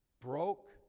broke